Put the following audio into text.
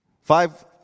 Five